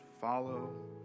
follow